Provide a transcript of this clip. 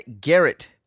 Garrett